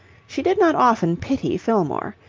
she did not often pity fillmore.